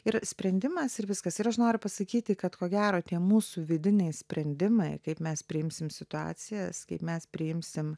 ir sprendimas ir viskas ir aš noriu pasakyti kad ko gero tie mūsų vidiniai sprendimai kaip mes priimsim situacijas kaip mes priimsim